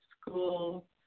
school